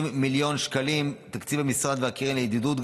מיליון שקלים מתקציב המשרד והקרן לידידות,